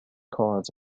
cards